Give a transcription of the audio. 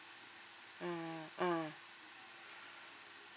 mm mm